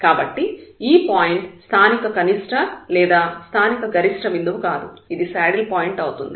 కాబట్టి ఈ పాయింట్ స్థానిక కనిష్ట లేదా స్థానిక గరిష్ట బిందువు కాదు ఇది శాడిల్ పాయింట్ అవుతుంది